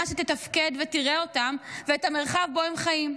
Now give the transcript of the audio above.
שתתפקד ותראה אותם ואת המרחב שבו הם חיים.